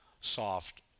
Soft